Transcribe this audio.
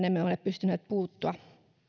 emme silti ole pystyneet puuttumaan